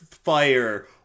fire